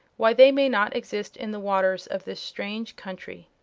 why they may not exist in the waters of this strange country.